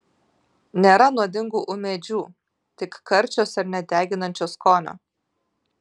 nėra nuodingų ūmėdžių tik karčios ar net deginančio skonio